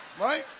right